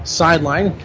sideline